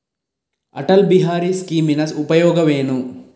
ಅಟಲ್ ಬಿಹಾರಿ ಸ್ಕೀಮಿನ ಉಪಯೋಗವೇನು?